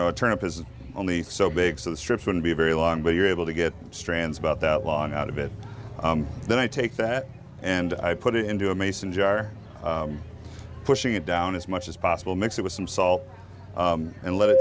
know a turnip is only so big so the strips wouldn't be very long but you're able to get strands about that long out of it then i take that and i put it into a mason jar pushing it down as much as possible mix it with some salt and let it